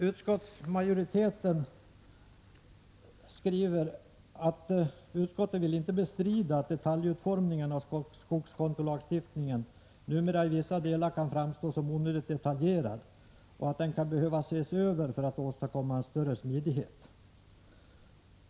Utskottsmajoriteten skriver följande: ”Utskottet vill inte bestrida att detaljutformningen av skogskontolagstiftningen numera i vissa delar kan framstå som onödigt detaljerad eller att den kan behöva ses över för att åstadkomma en större smidighet.